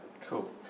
Cool